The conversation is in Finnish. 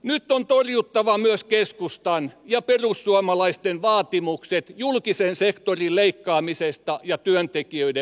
nyt on torjuttava myös keskustan ja perussuomalaisten vaatimukset julkisen sektorin leikkaamisesta ja työntekijöiden vähentämisestä